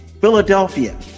Philadelphia